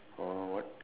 or what